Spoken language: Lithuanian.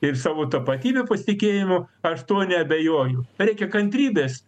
ir savo tapatybe pasitikėjimo aš tuo neabejoju reikia kantrybės